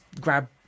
grab